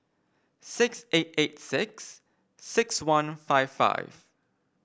six eight eight six six one five five